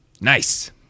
Nice